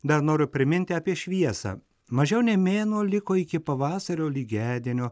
dar noriu priminti apie šviesą mažiau nei mėnuo liko iki pavasario lygiadienio